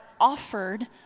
offered